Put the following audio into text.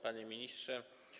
Panie Ministrze!